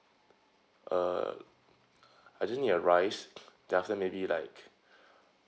uh I just need a rice then after maybe like